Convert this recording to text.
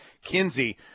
Kinsey